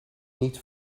niet